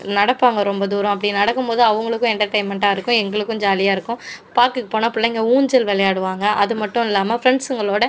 நடப்பாங்க ரொம்ப தூரம் அப்படி நடக்கும் போது அவங்களுக்கும் என்டர்டைன்மென்ட்டாக இருக்கும் எங்களுக்கும் ஜாலியாக இருக்கும் பார்க்குக்குப் போனால் பிள்ளைங்க ஊஞ்சல் விளையாடுவாங்க அது மட்டும் இல்லாமல் ஃபிரண்ட்ஸுங்களோடய